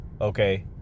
okay